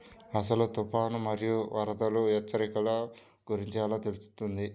అసలు తుఫాను మరియు వరదల హెచ్చరికల గురించి ఎలా తెలుస్తుంది?